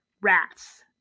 rats